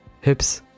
hips